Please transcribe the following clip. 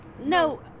No